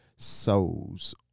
souls